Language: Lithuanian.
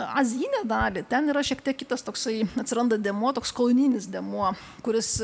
azijinę dalį ten yra šiek tiek kitas toksai atsiranda dėmuo toks kolonijinis dėmuo kuris